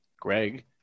Greg